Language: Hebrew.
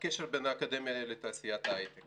הקשר בין האקדמיה לתעשיית ההיי-טק